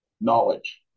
knowledge